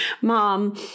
mom